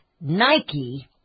Nike